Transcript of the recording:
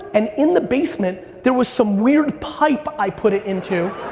and in the basement there was some weird pipe i put it into,